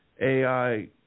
AI